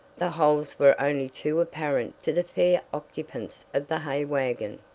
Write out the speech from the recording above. the holes were only too apparent to the fair occupants of the hay wagon.